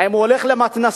האם הוא הולך למתנ"ס?